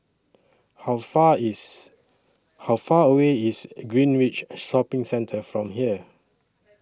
How Far IS How Far away IS Greenridge Shopping Centre from here